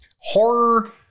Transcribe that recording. horror